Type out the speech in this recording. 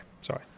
sorry